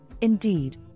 Indeed